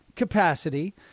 Capacity